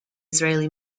israeli